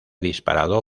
disparado